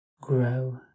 Grow